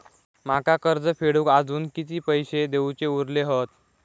माका कर्ज फेडूक आजुन किती पैशे देऊचे उरले हत?